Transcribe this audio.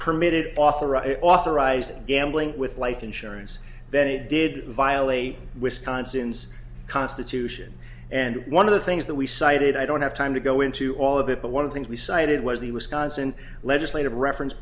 permitted authorized authorized gambling with life insurance then it did violate wisconsin's constitution and one of the things that we cited i don't have time to go into all of it but one of things we cited was the wisconsin legislative reference